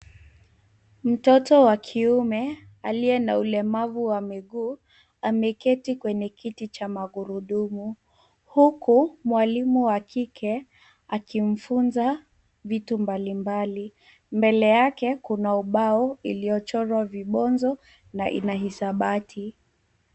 Mtoto wa kiume, aliye na ulemavu wa miguu, ameketi kwenye kiti cha magurudumu, huku ,mwalimu wa kike ,akimfunza vitu mbalimbali. Mbele yake, kuna ubao iliyochorwa vibonzo na ina hisabati.